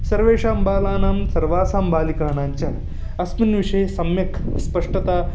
सर्वेषां बालानां सर्वासां बालिकाणां च अस्मिन् विषये सम्यक् स्पष्टता